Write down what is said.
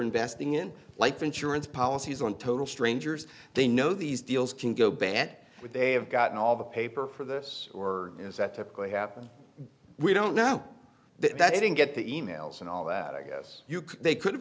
investing in life insurance policies on total strangers they know these deals can go bad but they have gotten all the paper for this or is that typically happen we don't know that i didn't get the e mails and all that i guess you could they could